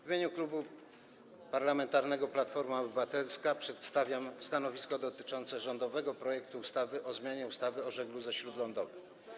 W imieniu Klubu Parlamentarnego Platforma Obywatelska przedstawiam stanowisko dotyczące rządowego projektu ustawy o zmianie ustawy o żegludze śródlądowej.